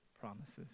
promises